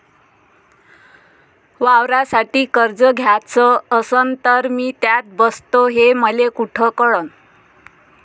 वावरासाठी कर्ज घ्याचं असन तर मी त्यात बसतो हे मले कुठ कळन?